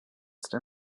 der